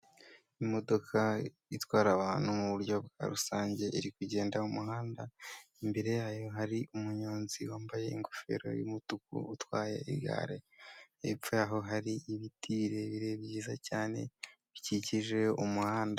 Imodoka itwara abantu mu buryo bwa rusange iri kugenda mu muhanda, imbere yayo hari umunyonzi wambaye ingofero y'umutuku utwaye igare hepfo yaho hari ibiti birebire byiza cyane bikikije umuhanda.